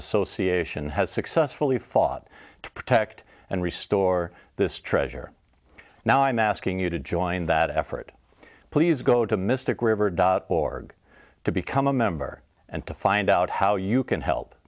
association has successfully fought to protect and restore this treasure now i'm asking you to join that effort please go to mystic river dot org to become a member and to find out how you can help